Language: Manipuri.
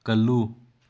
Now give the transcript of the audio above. ꯀꯜꯂꯨ